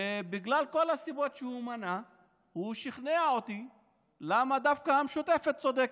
ובגלל כל הסיבות שהוא מנה הוא שכנע אותי למה דווקא המשותפת צודקת.